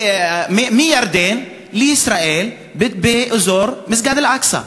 מירדן לישראל באזור מסגד אל-אקצא.